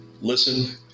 listen